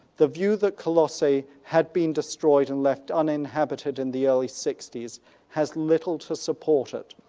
the view that colossae had been destroyed and left uninhabited in the early sixties has little to support it.